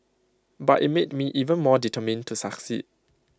but IT made me even more determined to succeed